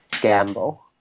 gamble